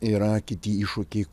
yra kiti iššūkiai